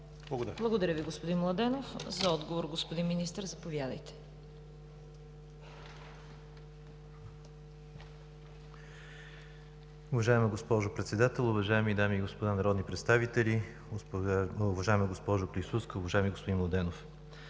Благодаря Ви, господин Младенов. За отговор – господин Министър, заповядайте. МИНИСТЪР НЕНО ДИМОВ: Уважаема госпожо Председател, уважаеми дами и господа народни представители, уважаема госпожо Клисурска, уважаеми господин Младенов!